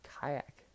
Kayak